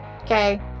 okay